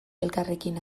elkarrekin